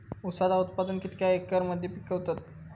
ऊसाचा उत्पादन कितक्या एकर मध्ये पिकवतत?